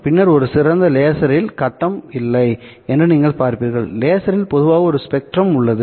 பின்னர்ஒரு சிறந்த லேசர்ரில் கட்டம் ϕphase ϕ இல்லை என்று நீங்கள் பார்ப்பீர்கள்லேசர்ரில் பொதுவாக ஒரு ஸ்பெக்ட்ரம் உள்ளது